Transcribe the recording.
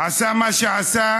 עשה מה שעשה,